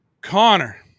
Connor